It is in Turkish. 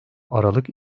aralık